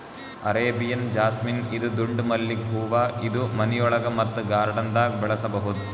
Arabian jasmine ಇದು ದುಂಡ್ ಮಲ್ಲಿಗ್ ಹೂವಾ ಇದು ಮನಿಯೊಳಗ ಮತ್ತ್ ಗಾರ್ಡನ್ದಾಗ್ ಬೆಳಸಬಹುದ್